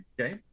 okay